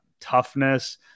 toughness